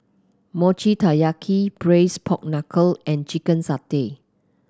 Mochi Taiyaki Braised Pork Knuckle and Chicken Satay